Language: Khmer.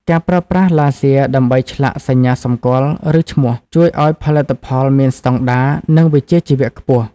ការប្រើប្រាស់ឡាស៊ែរដើម្បីឆ្លាក់សញ្ញាសម្គាល់ ឬឈ្មោះ ជួយឱ្យផលិតផលមានស្តង់ដារ និងវិជ្ជាជីវៈខ្ពស់។